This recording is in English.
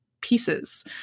Pieces